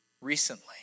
recently